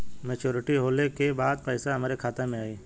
Maturity होले के बाद पैसा हमरे खाता में आई?